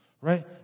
right